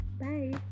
Bye